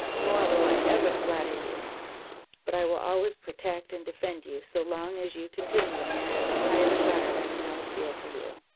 nor will i ever flatter you but i will always protect and defend you, so long as you continue to merit the high regard i now feel for you.